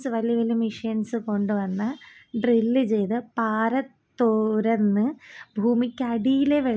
കുറ്റകൃത്യം അടിസ്ഥാനപ്പെടുത്തി കൊണ്ടുള്ള വാർത്തകൾ ഞാൻ കാണും ശാസ്ത്രമായി ബന്ധപ്പെട്ട വാർത്തകൾ കാണും വിദ്യാഭ്യാസമായിട്ട് ബന്ധപ്പെട്ടതും